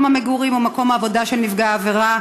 המגורים או מקום העבודה של נפגע העבירה,